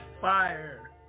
fire